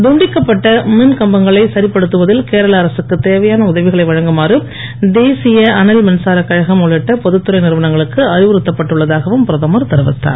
துண்டிக்கப்பட்ட மின் கம்பங்களை சரிப்படுத்துவதில் கேரள அரசுக்குத் தேவையான உதவிகளை வழங்குமாறு தேசிய அனல் மின்சார கழகம் உள்ளிட்ட பொதுத் துறை நிறுவனங்களுக்கு அறிவுறுத்தப்பட்டு உள்ளதாகவும் பிரதமர் தெரிவித்தார்